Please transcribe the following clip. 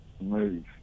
move